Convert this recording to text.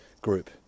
group